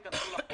אתם אנשים טובים.